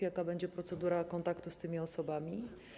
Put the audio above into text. Jaka będzie procedura kontaktu z tymi osobami?